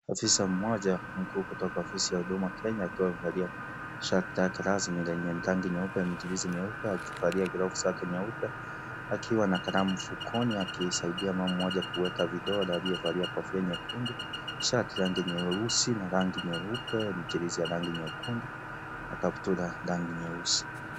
Afisa mmoja mkuu kutoka ofisi ya Huduma Kenya akiwa amevalia shati lake rasmi lenye rangi nyeupe na mchirizi meupe akivalia gloves zake nyeupe akiwa na kalamu mfugoni akisaidia mama mmoja kuweka vidole aliyevalia kofia nyekundu, shati rangi nyeusi na rangi nyeupe na mchirizi ya rangi nyekundu na kaptura rangi nyeusi.